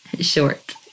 short